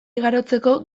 igarotzeko